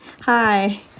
hi